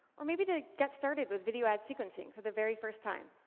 or maybe to get started with video ad sequencing for the very first time.